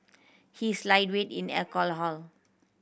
he is lightweight in alcohol